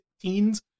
teens